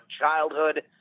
childhood